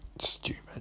Stupid